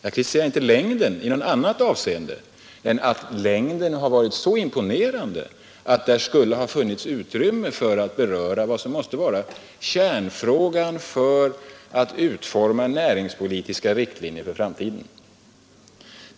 Jag kritiserar inte längden i annat avseende än att den varit så imponerande, att där skulle ha funnits utrymme för att beröra vad som måste vara kärnfrågan för att utforma näringspolitiska riktlinjer för framtiden.